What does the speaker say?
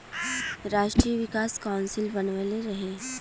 राष्ट्रीय विकास काउंसिल बनवले रहे